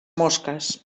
mosques